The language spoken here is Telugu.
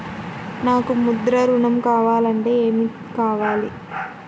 నాకు ముద్ర ఋణం కావాలంటే ఏమి కావాలి?